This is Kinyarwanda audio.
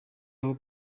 aho